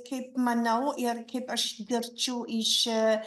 kaip manau ir kaip aš verčiu iš